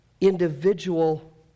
individual